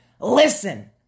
Listen